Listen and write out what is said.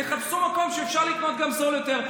תחפשו מקום שאפשר לקנות גם זול יותר.